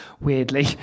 weirdly